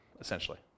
essentially